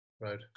Right